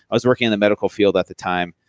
i was working in the medical field at the time,